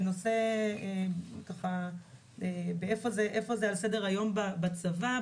ולהסביר איפה זה על סדר-היום בצבא.